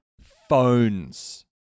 phones